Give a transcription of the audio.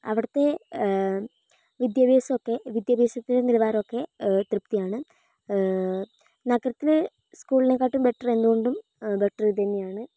അവിടുത്തെ വിദ്യാഭ്യാസമൊക്കെ വിദ്യാഭ്യാസത്തിന്റെ നിലവാരമൊക്കെ തൃപ്തിയാണ് നഗരത്തിലെ സ്കൂളിനെകാട്ടും ബെറ്റർ എന്തുകൊണ്ടും ബെറ്റർ ഇതുതന്നെയാണ്